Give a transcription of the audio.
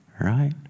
right